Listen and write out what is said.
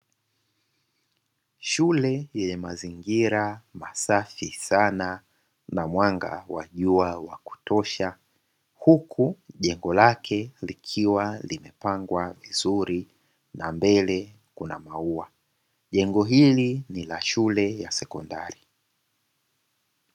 Shule yenye mazingira masafi sana na mwanga wa jua wakutosha, huku jengo lake likiwa limepangwa vizuri na mbele kuna maua. Jengo hili ni la shule ya sekondari.